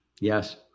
Yes